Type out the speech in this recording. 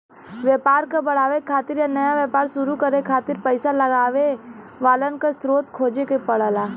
व्यापार क बढ़ावे खातिर या नया व्यापार शुरू करे खातिर पइसा लगावे वालन क स्रोत खोजे क पड़ला